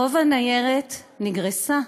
רוב הניירת נגרסה,